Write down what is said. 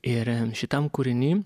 ir šitam kūriny